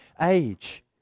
age